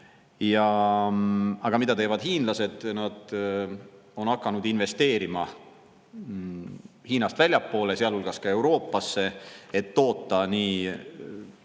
Aga mida teevad hiinlased? Nad on hakanud investeerima Hiinast väljapoole, sealhulgas Euroopasse, et toota nii